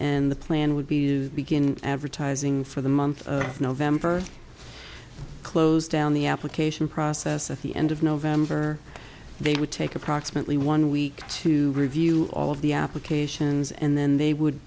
and the plan would be to begin advertising for the month of november closedown the application process at the end of november they would take approximately one week to review all of the applications and then they would